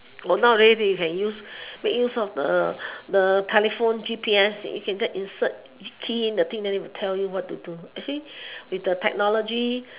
well nowadays you can use make use of the the telephone G_P_S you can just insert key in the thing then they'll tell you what to do actually with the technology